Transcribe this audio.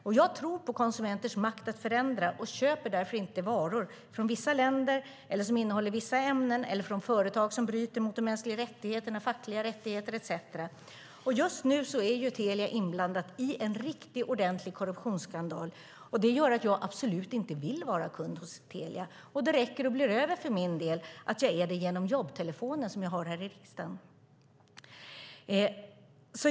Och jag tror på konsumenters makt att förändra och köper därför inte varor från vissa länder eller som innehåller vissa ämnen eller från företag som bryter mot mänskliga rättigheter, fackliga rättigheter etcetera. Just nu är Telia inblandat i en ordentlig korruptionsskandal. Det gör att jag absolut inte vill vara kund hos Telia. Det räcker och blir över för min del att jag är det genom jobbtelefonen som jag har här i riksdagen.